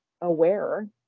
aware